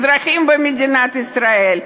אזרחים במדינת ישראל,